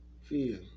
Feel